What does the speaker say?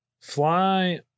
Fly